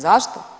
Zašto?